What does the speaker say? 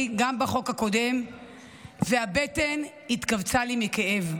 וגם בחוק הקודם והבטן התכווצה לי מכאב.